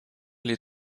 les